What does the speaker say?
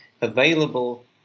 available